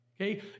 Okay